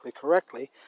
correctly